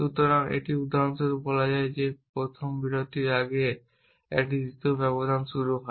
সুতরাং এটি উদাহরণ স্বরূপ বলা যায় যে প্রথম বিরতির আগে একটি দ্বিতীয় ব্যবধান শুরু হয়